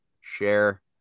Share